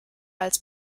als